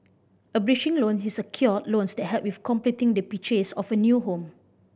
a bridging loan is a secured loan that help with completing the purchase of your new home